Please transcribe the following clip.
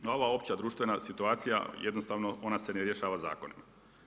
Ova opća društvena situacija jednostavno, ona se ne rješava zakonom.